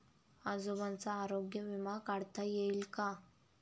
आजोबांचा आरोग्य विमा काढता येईल का?